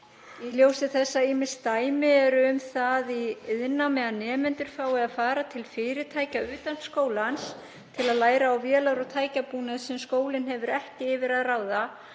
Í ljósi þess að ýmis dæmi eru um það í iðnnámi að nemendur fái að fara til fyrirtækja utan skólans til að læra á vélar og tækjabúnað sem skólinn hefur ekki yfir að ráða